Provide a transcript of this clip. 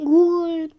Google